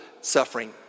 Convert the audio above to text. suffering